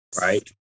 Right